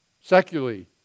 Secularly